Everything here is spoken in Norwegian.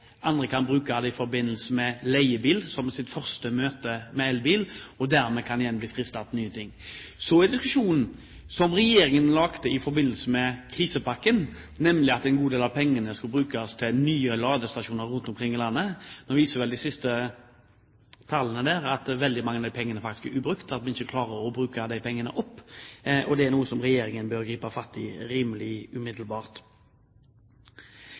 Andre kan bruke elbil i forbindelse med leie av bil som sitt første møte med elbil og dermed bli fristet til noe nytt. Når det gjelder diskusjonen i forbindelse med regjeringens krisepakke om at en god del av pengene skulle brukes til nye ladestasjoner rundt omkring i landet, viser de siste tallene at veldig mange av pengene faktisk er ubrukt, at vi ikke klarer å bruke opp pengene. Det er noe som regjeringen bør gripe fatt i rimelig umiddelbart.